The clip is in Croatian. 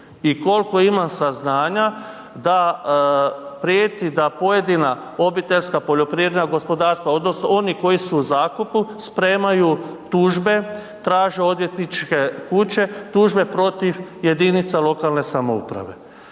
i kolko imam saznanja da prijeti da pojedina obiteljska poljoprivredna gospodarstva odnosno oni koji su u zakupu spremaju tužbe, traže odvjetničke kuće, tužbe protiv jedinica lokalne samouprave.